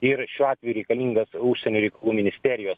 ir šiuo atveju reikalingas užsienio reikalų ministerijos